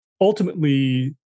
ultimately